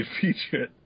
feature